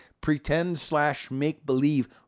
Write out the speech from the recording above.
pretend-slash-make-believe